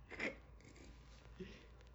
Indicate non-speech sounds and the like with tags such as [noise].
[laughs]